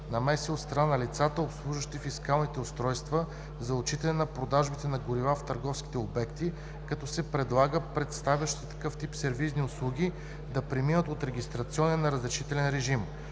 от страна на лицата, обслужващи фискалните устройства за отчитане на продажбите на горива в търговските обекти, като се предлага предоставящите такъв тип сервизни услуги да преминат от регистрационен на разрешителен режим.